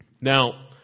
Now